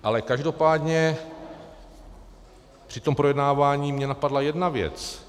Ale každopádně při tom projednávání mě napadla jedna věc.